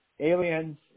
Aliens